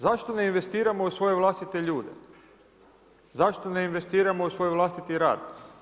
Zašto ne investiramo u svoje vlastite ljude, zašto ne investiramo u svoj vlastiti rad?